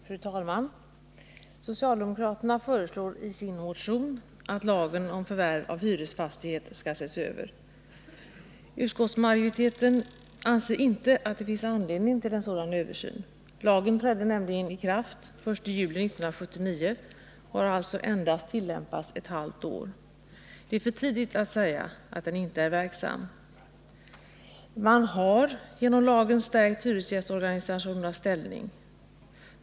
Fru talman! Socialdemokraterna föreslår i sin motion att lagen om förvärv av hyresfastighet skall ses över. Utskottsmajoriteten anser inte att det finns anledning till en sådan översyn. Lagen trädde nämligen i kraft den 1 juli 1979 och har alltså tillämpats endast ett halvt år. Det är för tidigt att säga att den inte är effektiv. Man har genom lagen stärkt hyresgästorganisationernas ställning.